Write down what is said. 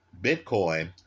Bitcoin